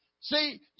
See